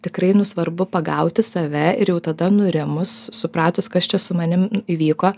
tikrai nu svarbu pagauti save ir jau tada nurimus supratus kas čia su manim įvyko